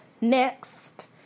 Next